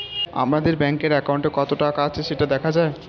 আমাদের ব্যাঙ্কের অ্যাকাউন্টে কত টাকা আছে সেটা দেখা যায়